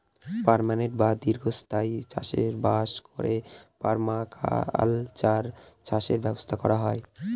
permanent বা দীর্ঘস্থায়ী চাষ বাস করে পারমাকালচার চাষের ব্যবস্থা করা হয়